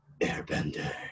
Airbender